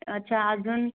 अच्छा अजून